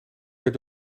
werd